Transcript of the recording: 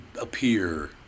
appear